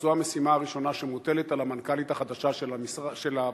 זו המשימה הראשונה שמוטלת על המנכ"לית החדשה של הבנק,